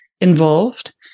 involved